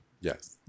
Yes